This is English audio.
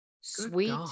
Sweet